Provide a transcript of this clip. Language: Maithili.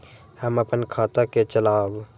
हम अपन खाता के चलाब?